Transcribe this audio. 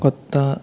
కొత్త